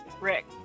Rick